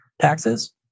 taxes